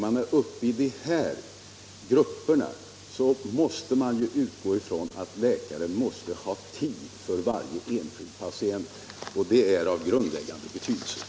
Man måste utgå från att läkaren, när det gäller de högre arvodesgrupperna, skall ha tid för varje enskild patient. Det är av grundläggande betydelse.